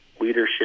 leadership